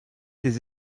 des